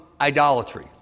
idolatry